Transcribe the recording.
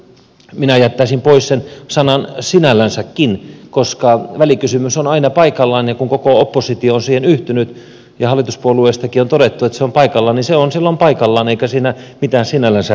minä jättäisin pois sen sanan sinällänsäkin koska välikysymys on aina paikallaan ja kun koko oppositio on siihen yhtynyt ja hallituspuolueistakin on todettu että se on paikallaan niin se on silloin paikallaan eikä siinä mitään sinällänsä lisäliitteitä tarvita